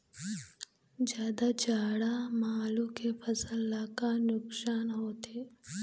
जादा जाड़ा म आलू के फसल ला का नुकसान होथे?